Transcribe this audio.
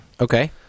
Okay